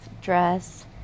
dress